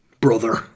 brother